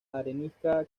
arenisca